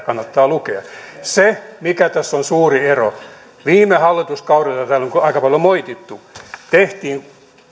kannattaa lukea se mikä tässä on suuri ero viime hallituskaudella täällä on aika paljon moitittu tehtiin